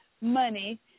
money